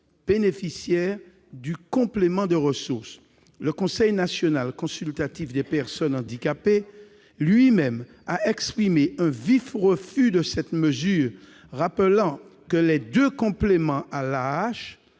bénéficiaires du complément de ressources. Le Conseil national consultatif des personnes handicapées, le CNCPH, a exprimé son vif refus de cette mesure, rappelant que les deux compléments à l'AAH,